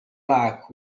معك